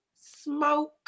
smoke